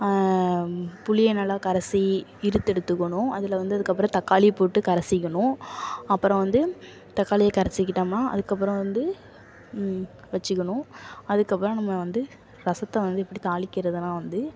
புளியை நல்லா கரைசி இருத்து எடுத்துக்கணும் அதில் வந்து அதுக்கப்புறம் தக்காளியை போட்டு கரைசிகணும் அப்புறோம் வந்து தக்காளியை கரைச்சிகிட்டமா அதுக்கப்புறோம் வந்து வச்சுக்கணும் அதுக்கப்புறோம் நம்ம வந்து ரசத்தை வந்து எப்படி தாளிக்கிறதுன்னா வந்து